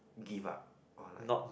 give up or like